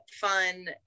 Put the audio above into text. fun